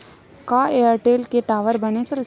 का एयरटेल के टावर बने चलथे?